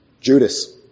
Judas